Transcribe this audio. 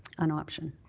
an option.